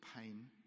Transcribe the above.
pain